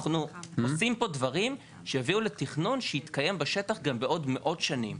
אנחנו עושים פה דרים שיביאו לתכנון שיתקיים בשטח גם בעוד מאות שנים.